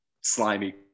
slimy